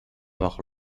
bajo